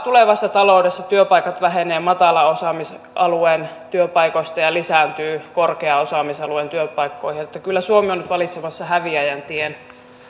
tulevassa taloudessa nimenomaan matalan osaamisalueen työpaikat vähenevät ja korkean osaamisalueen työpaikat lisääntyvät kyllä suomi on nyt valitsemassa häviäjän tien